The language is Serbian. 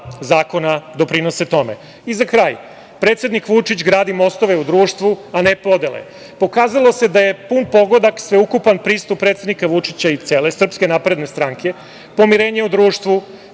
zakona doprinose tome.Za kraj, predsednik Vučić gradi mostove u društvu, a ne podele. Pokazalo se da je pun pogodak sveukupan pristup predsednika Vučića i cele SNS pomirenje u društvu,